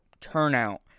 turnout